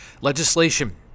legislation